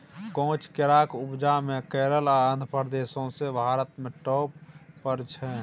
काँच केराक उपजा मे केरल आ आंध्र प्रदेश सौंसे भारत मे टाँप पर छै